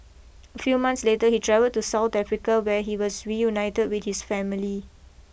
a few months later he travelled to South Africa where he was reunited with his family